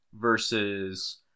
Versus